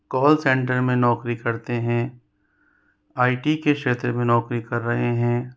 call centre में नौकरी करते हैं आई टी के क्षेत्र में नौकरी कर रहे हैं